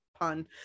pun